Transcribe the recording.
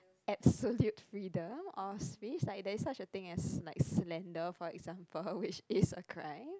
absolute freedom or space like there isn't such a thing as like slander for example which is a crime